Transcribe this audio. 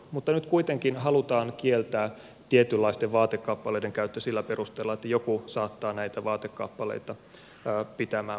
mutta nyt kuitenkin halutaan kieltää tietynlaisten vaatekappaleiden käyttö sillä perusteella että joku saattaa näitä vaatekappaleita pitämään pakottaa